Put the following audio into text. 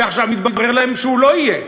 ועכשיו מתברר להם שהוא לא יהיה,